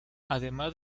además